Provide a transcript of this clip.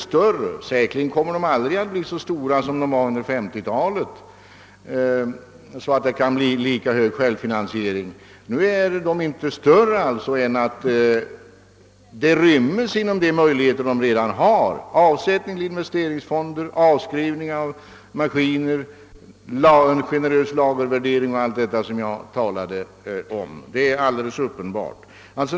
Säkerligen kommer dessa aldrig att bli så stora som de var under 1950-talet, och följaktligen kan inte heller självfinansieringen bli lika hög. Nu är de alltså inte större än att det inom de möjligheter som redan finns rymmes avsättning till investeringsfonder, avskrivningar av maskiner, generös lagervärdering och allt jag talat om; det är alldeles uppenbart.